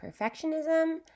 perfectionism